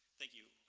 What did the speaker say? thank you.